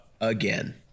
again